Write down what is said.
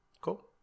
Cool